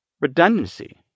redundancy